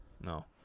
No